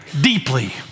deeply